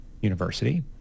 university